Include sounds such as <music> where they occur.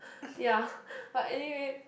ya <breath> but anyway